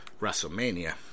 Wrestlemania